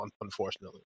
unfortunately